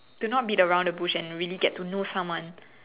to not beat around the bush and really get to know someone